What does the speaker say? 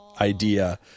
idea